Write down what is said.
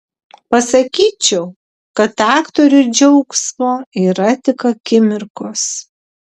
pasakyčiau kad aktoriui džiaugsmo yra tik akimirkos